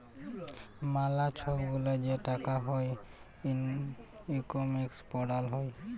ম্যালা ছব গুলা যে টাকা হ্যয় ইকলমিক্সে পড়াল হ্যয়